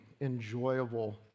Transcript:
enjoyable